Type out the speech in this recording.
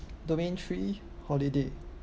domain three holiday